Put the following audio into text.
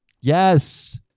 Yes